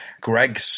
Greg